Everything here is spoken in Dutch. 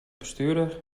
bestuurder